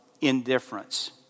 indifference